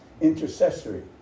Intercessory